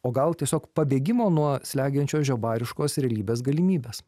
o gal tiesiog pabėgimo nuo slegiančios žiobariškos realybės galimybės